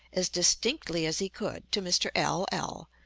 as distinctly as he could, to mr. l l,